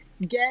get